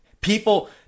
people